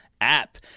app